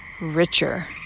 richer